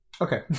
Okay